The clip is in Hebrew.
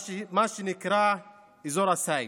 מה שנקרא "אזור הסיג".